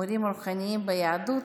מורים רוחניים ביהדות,